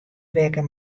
wekker